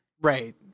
Right